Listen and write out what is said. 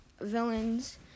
villains